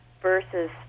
versus